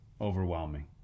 overwhelming